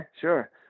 Sure